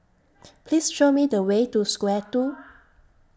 Please Show Me The Way to Square two